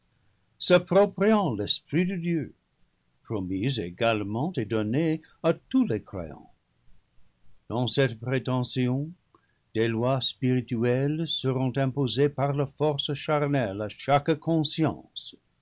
s'appropriant l'es prit de dieu promis également et donné à tous les croyants dans cette prétention des lois spirituelles seront imposées par ce la force charnelle à chaque conscience